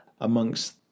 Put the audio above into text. amongst